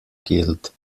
killed